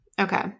Okay